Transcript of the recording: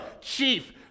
chief